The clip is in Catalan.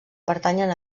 pertanyen